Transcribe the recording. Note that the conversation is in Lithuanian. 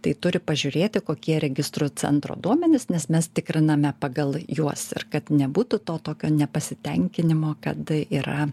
tai turi pažiūrėti kokie registrų centro duomenys nes mes tikriname pagal juos ir kad nebūtų to tokio nepasitenkinimo kad yra